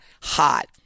hot